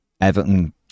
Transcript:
Everton